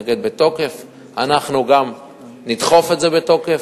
אנחנו גם נדחף את זה בתוקף.